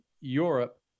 Europe